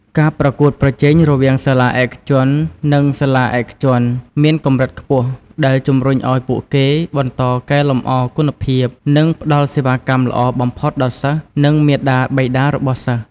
ការប្រកួតប្រជែងរវាងសាលាឯកជននិងសាលាឯកជនមានកម្រិតខ្ពស់ ដែលជំរុញឱ្យពួកគេ បន្តកែលម្អគុណភាព និងផ្តល់សេវាកម្មល្អបំផុតដល់សិស្ស និងមាតាបិតារបស់សិស្ស។